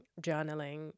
journaling